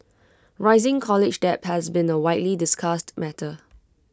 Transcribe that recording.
rising college debt has been A widely discussed matter